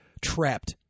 trapped